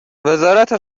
وزارت